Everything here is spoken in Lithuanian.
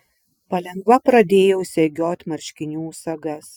palengva pradėjau segiot marškinių sagas